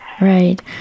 Right